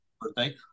birthday